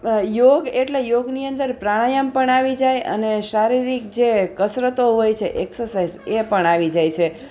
યોગ એટલે યોગની અંદર પ્રાણાયામ પણ આવી જાય અને શારીરિક જે કસરતો હોય છે એક્સાઇઝ એ પણ આવી જાય છે